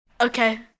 Okay